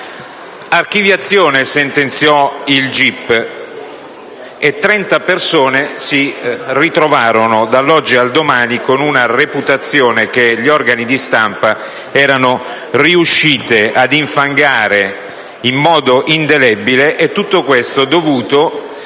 "Archiviazione", sentenziò il gip, e trenta persone si ritrovarono dall'oggi al domani con una reputazione che gli organi di stampa erano riusciti ad infangare in modo indelebile; e tutto questo dovuto